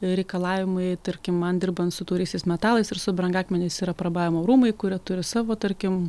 reikalavimai tarkim man dirbant su tauriaisiais metalais ir su brangakmeniais yra prabavimo rūmai kurie turi savo tarkim